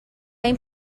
این